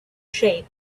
shape